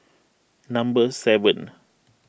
number seven